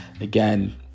again